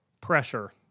pressure